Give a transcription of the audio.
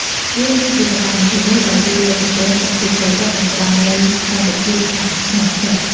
វាគឺជាសកម្មភាពមួយដែលជួយលើកកម្ពស់សុខភាពផ្លូវចិត្ត និងផ្តល់នូវសន្តិភាពខាងក្នុងចិត្ត។